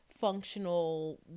functional